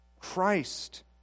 Christ